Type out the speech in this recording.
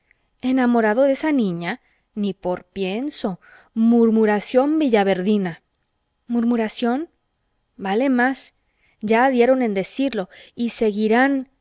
enamorado de esa niña ni por pienso murmuración villaverdina murmuración vale más ya dieron en decirlo y seguirán